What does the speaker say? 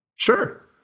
Sure